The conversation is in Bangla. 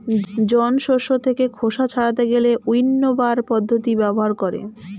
জন শস্য থেকে খোসা ছাড়াতে গেলে উইন্নবার পদ্ধতি ব্যবহার করে